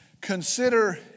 Consider